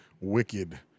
Wicked